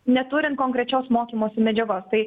neturint konkrečios mokymosi medžiagos tai